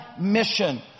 mission